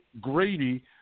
Grady